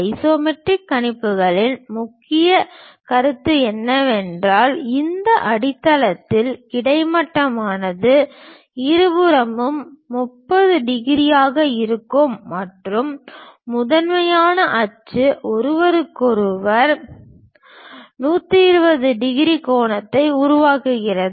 isometric கணிப்புகளின் முக்கிய கருத்து என்னவென்றால் இந்த அடித்தளத்தின் கிடைமட்டமானது இருபுறமும் 30 டிகிரியாக இருக்கும் மற்றும் முதன்மை அச்சு ஒருவருக்கொருவர் 120 டிகிரி கோணத்தை உருவாக்குகிறது